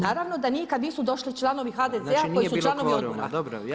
Naravno da nije kad nisu došli članovi HDZ-a koji su članovi odbora.